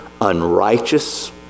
unrighteous